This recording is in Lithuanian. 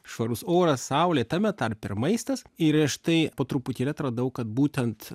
švarus oras saulė tame tarpe ir maistas ir štai po truputį ir atradau kad būtent